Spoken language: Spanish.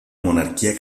monarquía